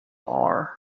war